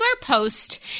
Post